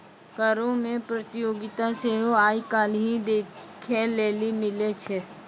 करो मे प्रतियोगिता सेहो आइ काल्हि देखै लेली मिलै छै